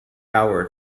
hour